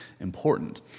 important